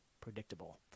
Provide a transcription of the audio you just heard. predictable